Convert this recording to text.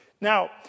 Now